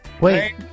Wait